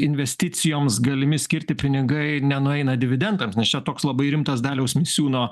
investicijoms galimi skirti pinigai nenueina dividendams nes čia toks labai rimtas daliaus misiūno